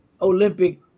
Olympic